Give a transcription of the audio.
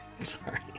sorry